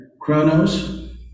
chronos